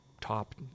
top